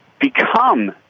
become